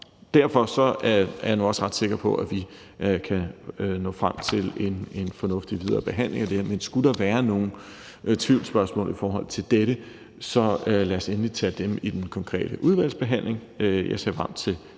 Derfor er jeg nu også ret sikker på, at vi kan nå frem til en fornuftig videre behandling af det her. Men skulle der være nogle tvivlsspørgsmål i forhold til dette, så lad os endelig tage dem i den konkrete udvalgsbehandling.